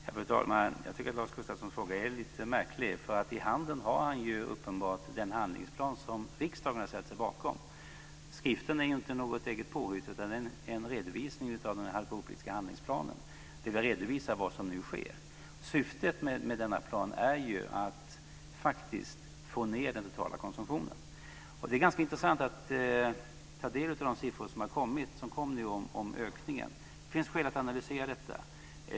Fru talman! Jag tycker att Lars Gustafssons fråga är lite märklig. I handen har han uppenbart den handlingsplan som riksdagen har ställt sig bakom. Skriften är inte något eget påhitt utan en redovisning av den alkoholpolitiska handlingsplanen. Där redovisar vi vad som nu sker. Syftet med denna plan är faktiskt att få ned den totala konsumtionen. Det är ganska intressant att ta del av de siffror som kommit om ökningen. Det finns skäl att analysera detta.